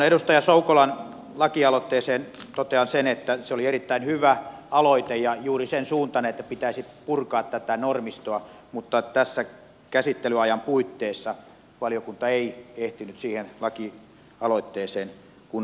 edustaja soukolan lakialoitteeseen totean sen että se oli erittäin hyvä aloite ja juuri sen suuntainen että pitäisi purkaa tätä normistoa mutta käsittelyajan puitteissa valiokunta ei ehtinyt siihen lakialoitteeseen kunnolla paneutua